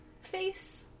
face